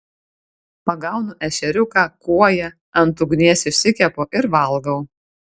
pagaunu ešeriuką kuoją ant ugnies išsikepu ir valgau